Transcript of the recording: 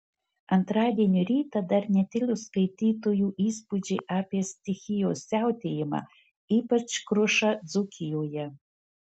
antradienio rytą dar netilo skaitytojų įspūdžiai apie stichijos siautėjimą ypač krušą dzūkijoje